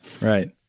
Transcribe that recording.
right